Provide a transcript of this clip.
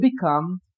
become